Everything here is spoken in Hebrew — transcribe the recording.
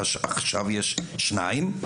עכשיו יש שניים,